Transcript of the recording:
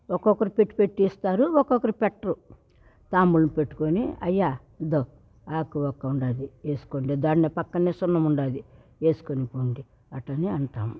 ఒకొక్కరు పెట్టి పెట్టిస్తారు ఒక్కొక్కలు పెట్టరు తాంబూలం పెట్టుకొని అయ్యా ఇద్దో ఆకు వక్కా ఉండాది వేసుకోండి దానిలో పక్కనే సున్నం ఉండాది వేసుకొని పోండి అట్టని అంటాము